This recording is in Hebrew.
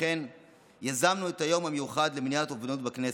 לכן יזמנו היום את היום המיוחד למניעת אובדנות בכנסת,